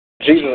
Jesus